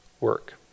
work